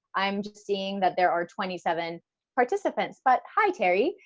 i'm just seeing that there are twenty seven participants, but hi terry,